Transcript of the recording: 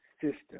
system